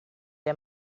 der